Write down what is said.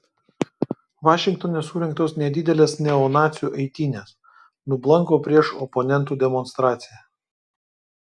vašingtone surengtos nedidelės neonacių eitynės nublanko prieš oponentų demonstraciją